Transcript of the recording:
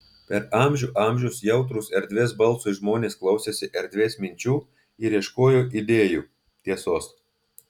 per amžių amžius jautrūs erdvės balsui žmonės klausėsi erdvės minčių ir ieškojo idėjų tiesos